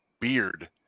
beard